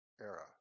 era